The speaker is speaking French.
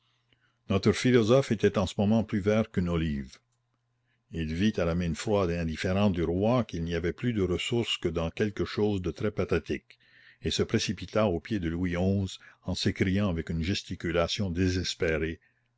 notre philosophe était en ce moment plus vert qu'une olive il vit à la mine froide et indifférente du roi qu'il n'y avait plus de ressource que dans quelque chose de très pathétique et se précipita aux pieds de louis xi en s'écriant avec une gesticulation désespérée